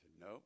no